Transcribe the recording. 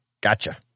Gotcha